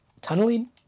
tunneling